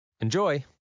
Enjoy